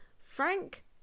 Frank